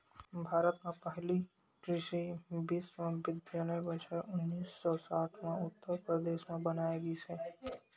भारत म पहिली कृषि बिस्वबिद्यालय बछर उन्नीस सौ साठ म उत्तर परदेस म बनाए गिस हे